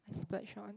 splurge on